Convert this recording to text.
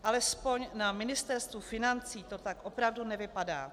Alespoň na Ministerstvu financí to tak opravdu nevypadá.